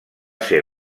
ser